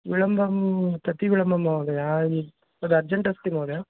विलम्बं कति विलम्बं महोदय तद् अर्जण्ट् अस्ति महोदय